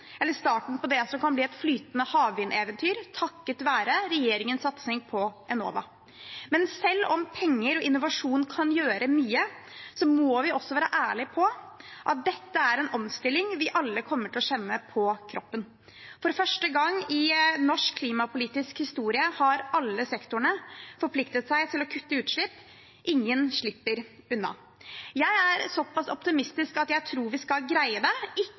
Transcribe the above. eller starten på det som kan bli et flytende havvindeventyr takket være regjeringens satsing på Enova. Men selv om penger og innovasjon kan gjøre mye, må vi også være ærlige på at dette er en omstilling vi alle kommer til å kjenne på kroppen. For første gang i norsk klimapolitisk historie har alle sektorene forpliktet seg til å kutte utslipp. Ingen slipper unna. Jeg er så pass optimistisk at jeg tror vi skal greie det